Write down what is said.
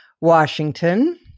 Washington